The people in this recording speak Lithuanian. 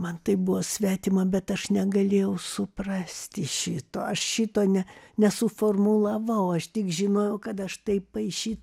man tai buvo svetima bet aš negalėjau suprasti šito aš šito ne nesuformulavau aš tik žinojau kad aš tai paišyt